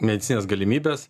medicinines galimybes